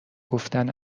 گفتن